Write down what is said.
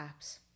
apps